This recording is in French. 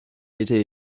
été